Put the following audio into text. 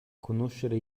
conoscere